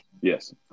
Yes